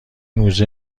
موزه